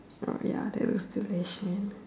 oh ya that looks delicious